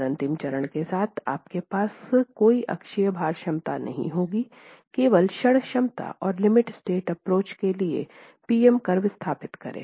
और अंतिम चरण के साथ आपके पास कोई अक्षीय भार क्षमता नहीं होगी केवल क्षण क्षमता और लिमिट स्टेट एप्रोच के लिए पी एम कर्व स्थापित करें